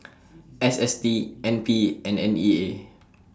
S S T N P and N E A